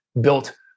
built